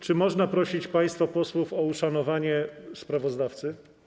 Czy można prosić państwa posłów o uszanowanie sprawozdawcy?